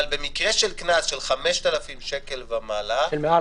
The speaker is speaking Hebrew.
אבל במקרה של קנס של 5,000 שקל ומעלה -- מעל